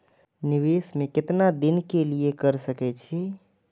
निवेश में केतना दिन के लिए कर सके छीय?